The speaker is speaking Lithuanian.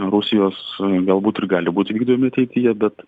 rusijos galbūt ir gali būti vykdomi ateityje bet